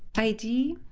id,